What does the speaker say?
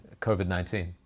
COVID-19